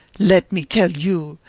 let me tell you,